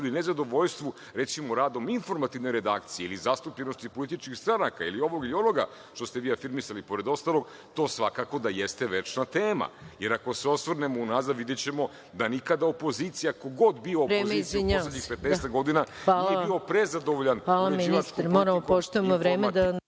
ili nezadovoljstvu, recimo radom informativne redakcije i zastupljenosti političkih stranaka ili ovoga ili onoga, što ste vi afirmisali pored ostalog, to svakako da jeste večna tema, jer ako se osvrnemo unazad videćemo da nikada opozicija, ko god bio iz opozicije u poslednjih petnaestak godina nije bio prezadovoljan uređivačkom politikom …